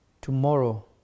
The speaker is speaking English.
tomorrow